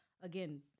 again